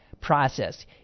process